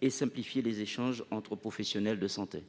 et simplifier les échanges entre professionnels de santé.